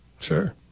Sure